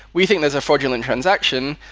we think there's a fraudulent transaction.